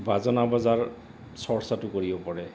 বাজনা বজাৰ চৰ্চাটো কৰিব পাৰে